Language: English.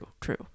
true